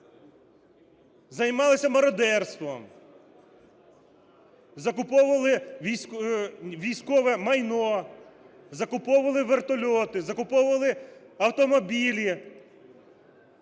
займалися мародерством, закуповували військове майно, закуповували вертольоти, закуповували автомобілі